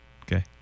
Okay